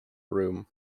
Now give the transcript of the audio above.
room